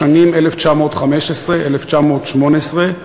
בשנים 1915 1918,